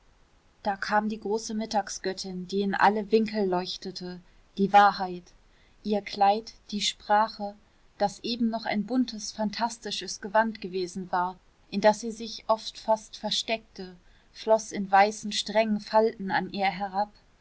da kam die große mittagsgöttin die in alle winkel leuchtete die wahrheit ihr kleid die sprache das eben noch ein buntes phantastisches gewand gewesen war in das sie sich oft fast versteckte floß in weißen strengen falten an ihr herab